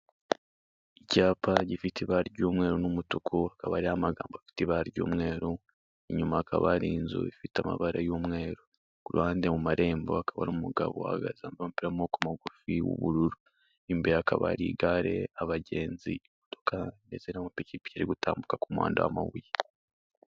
Icyapa gifite ibara ry'umweru n'umutuku, hakaba hariho amagambo afite ibara ry'umweru, inyuma hakaba hari inzu ifite amabara y'umweru, ku ruhande mu marembo hakaba hari umugabo uhagaze wambaye umupira w'amaboko magufi w'ubururu, imbere hakaba hari igare, abagenzi, imodoka ndetse n'amapikipiki ari gutambuka ku muhanda w'amabuye.